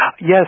Yes